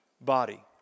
body